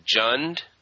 Jund